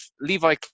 levi